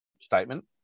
statement